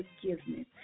forgiveness